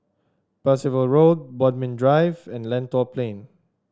Percival Road Bodmin Drive and Lentor Plain